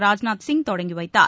ராஜ்நாத் சிங் தொடங்கி வைத்தார்